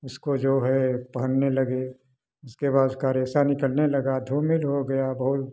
इसको जो है पहनने लगे इसके बाद उसका रेशा निकलने लगा धूमिल हो गया बहुत